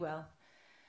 בזה אני